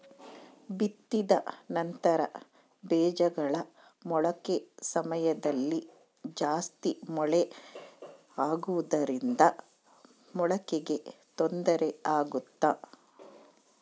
ಬಿತ್ತಿದ ನಂತರ ಬೇಜಗಳ ಮೊಳಕೆ ಸಮಯದಲ್ಲಿ ಜಾಸ್ತಿ ಮಳೆ ಆಗುವುದರಿಂದ ಮೊಳಕೆಗೆ ತೊಂದರೆ ಆಗುತ್ತಾ?